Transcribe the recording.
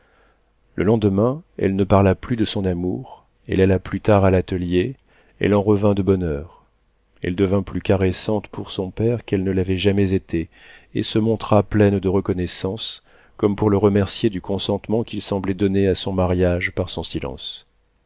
le lendemain elle ne parla plus de son amour elle alla plus tard à l'atelier elle en revint de bonne heure elle devint plus caressante pour son père qu'elle ne l'avait jamais été et se montra pleine de reconnaissance comme pour le remercier du consentement qu'il semblait donner à son mariage par son silence